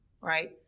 right